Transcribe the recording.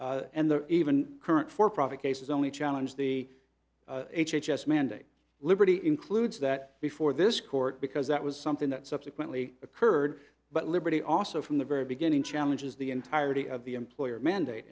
are even current for profit cases only challenge the h h s mandate liberty includes that before this court because that was something that subsequently occurred but liberty also from the very beginning challenges the entirety of the employer mandate